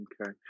Okay